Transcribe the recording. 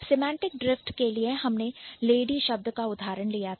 Semantic Drift semantic drift के लिए हम Lady लेडी शब्द का उदाहरण लेते हैं